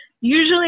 usually